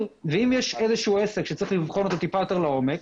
ואם יש איזשהו עסק שצריך לבחון אותו קצת יותר לעומק,